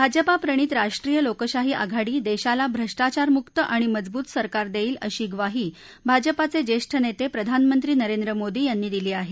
भाजपाप्रणित राष्ट्रीय लोकशाही आघाडी देशाला भ्रष्टाचारमुक्त आणि मजबूत सरकार देईल अशी म्वाही भाजपाचे ज्येष्ठ नेते प्रधानमंत्री नरेंद्र मोदी यांनी दिली आहे